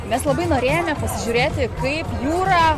mes labai norėjome pasižiūrėti kaip jūrą